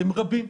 הם רבים.